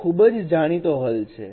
તે ખૂબ જ જાણીતો હલ છે